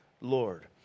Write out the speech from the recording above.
Lord